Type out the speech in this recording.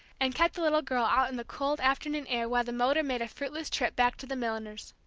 and kept the little girl out in the cold afternoon air while the motor made a fruitless trip back to the milliner's.